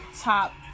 top